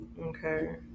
Okay